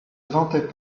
vantait